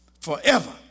forever